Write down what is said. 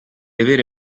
avere